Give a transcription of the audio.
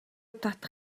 татах